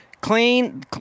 clean